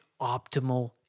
optimal